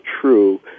true